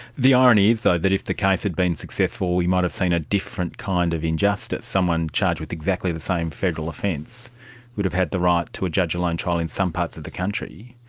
the irony is though that if the case had been successful we might have seen a different kind of injustice, someone charged with exactly the same federal offence would have had the right to a judge alone trial in some parts of the country.